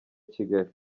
kigali